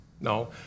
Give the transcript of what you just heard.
No